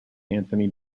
anthony